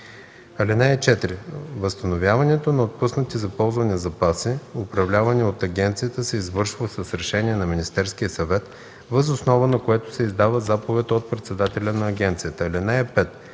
място. (4) Възстановяването на отпуснати за ползване запаси, управлявани от агенцията, се извършва с решение на Министерския съвет, въз основа на което се издава заповед от председателя на агенцията. (5)